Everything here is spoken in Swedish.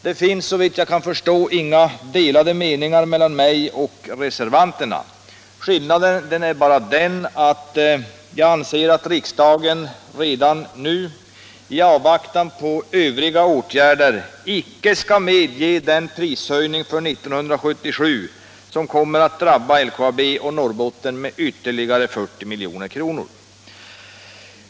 Det finns, såvitt jag kan förstå, inga delade meningar mellan mig och reservanterna. Skillnaden är bara den att jag anser att riksdagen redan nu, i avvaktan på övriga åtgärder, icke skall medge den prishöjning för 1977 som kommer att drabba LKAB "och Norrbotten med ytterligare 40 milj.kr.